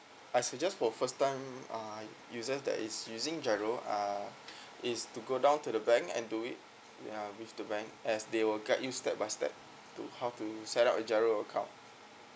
I suggest for first time uh users that is using giro uh is to go down to the bank and do it uh with the bank as they will guide you step by step to how to setup a giro account